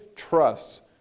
Trusts